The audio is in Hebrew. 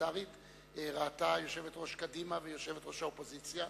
פרלמנטרית ראתה יושבת-ראש קדימה ויושבת-ראש האופוזיציה